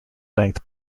length